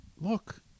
look